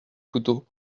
couteau